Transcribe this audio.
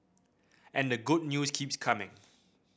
and the good news keeps coming